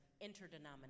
interdenominational